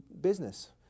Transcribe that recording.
business